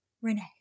Renee